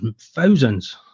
thousands